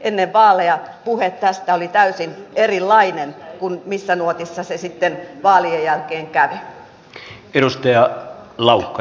ennen vaaleja puhe tästä oli täysin erilaista kuin missä nuotissa se sitten vaalien jälkeen kävi